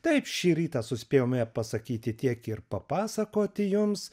taip šį rytą suspėjome pasakyti tiek ir papasakoti jums